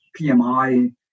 PMI